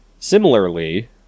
Similarly